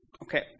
Okay